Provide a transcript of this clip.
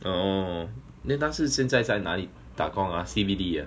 orh then 他是现在在哪里打工 ah C_B_D ah